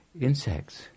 insects